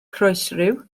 croesryw